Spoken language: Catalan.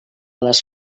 les